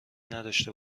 نداشته